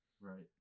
Right